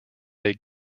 they